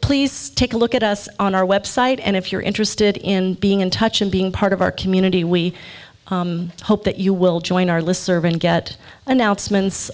please take a look at us on our website and if you're interested in being in touch and being part of our community we hope that you will join our list serv and get announcements